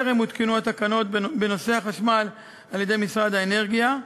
טרם הותקנו התקנות בנושא החשמל על-ידי משרד האנרגיה.